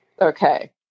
okay